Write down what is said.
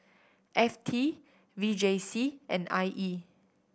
F T V J C and I E